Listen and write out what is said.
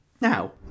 now